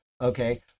okay